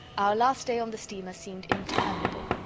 our last day on the steamer seemed interminable.